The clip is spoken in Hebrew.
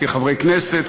כחברי כנסת,